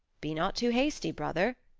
be not too hasty, brother,